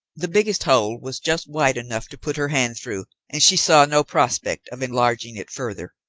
the biggest hole was just wide enough to put her hand through, and she saw no prospect of enlarging it further.